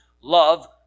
love